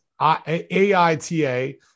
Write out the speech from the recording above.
A-I-T-A